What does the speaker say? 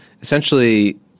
Essentially